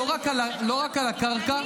לא רק על הקרקע,